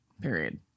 period